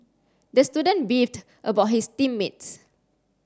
the student beefed about his team mates